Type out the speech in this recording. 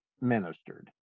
ministered